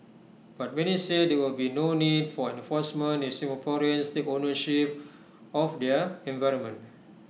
but many said there would be no need for enforcement if Singaporeans take ownership of their environment